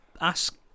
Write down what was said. Ask